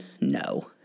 no